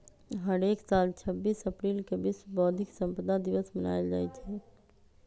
हरेक साल छब्बीस अप्रिल के विश्व बौधिक संपदा दिवस मनाएल जाई छई